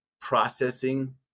processing